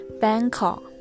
Bangkok